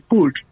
food